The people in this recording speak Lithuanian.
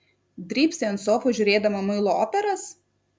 drybsai ant sofos žiūrėdama muilo operas